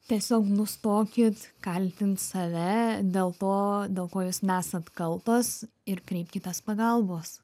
tiesiog nustokit kaltint save dėl to dėl ko jūs nesat kaltos ir kreipkitės pagalbos